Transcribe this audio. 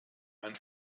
ein